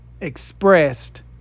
expressed